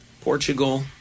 Portugal